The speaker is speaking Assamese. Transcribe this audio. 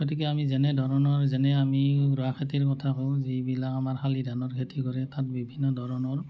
গতিকে আমি যেনে ধৰণৰ যেনে আমি ৰোৱা খেতিৰ কথা কওঁ যিবিলাক আমাৰ শালি ধানৰ খেতি কৰে তাত বিভিন্ন ধৰণৰ